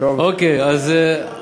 אני אכבד כל מה שיציעו.